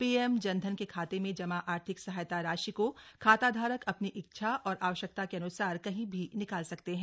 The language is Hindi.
पीएम जनधन के खाते में जमा आर्थिक सहायता राशि को खाताधारक अपनी इच्छा और आवश्यकता के अन्सार कभी भी निकाल सकते हैं